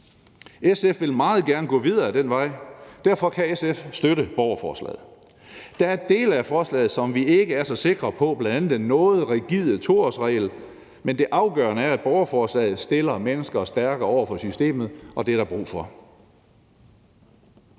SF vil meget gerne gå videre ad den vej, og derfor kan SF støtte borgerforslaget. Der er dele af forslaget, som vi ikke er så sikre på, bl.a. den noget rigide 2-årsregel, men det afgørende er, at borgerforslaget stiller mennesker stærkere over for systemet, og det er der brug for.